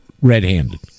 red-handed